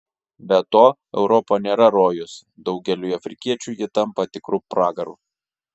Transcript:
be to europa nėra rojus daugeliui afrikiečių ji tampa tikru pragaru